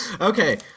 Okay